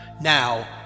Now